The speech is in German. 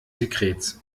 sekrets